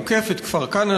עוקף את כפר-כנא,